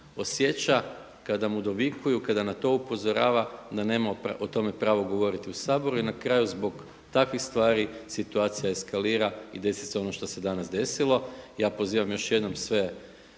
osjeća kada mu dovikuju, kada na to upozorava da ne o tome pravo govoriti u Saboru i na kraju zbog takvih stvari situacija eskalira i desi se ono što se danas desilo. Ja pozivam još jednom sve